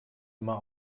immer